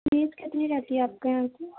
face کتنی رہتی ہے آپ کے یہاں پہ